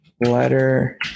Letter